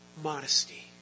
Modesty